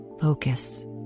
Focus